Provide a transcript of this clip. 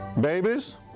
babies